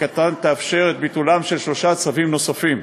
וחקיקתן תאפשר את ביטולם של שלושה צווים נוספים.